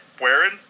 wearing